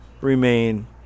remain